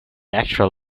extra